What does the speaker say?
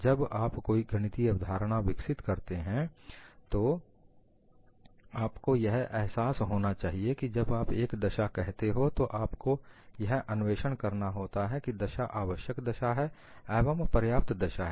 जब आप कोई गणितीय अवधारणा विकसित करते हैं तो आपको यह एहसास होना चाहिए कि जब आप एक दशा कहते हो तो आपको यह अन्वेषण करना होता है की दशा आवश्यक दशा है एवं पर्याप्त दशा है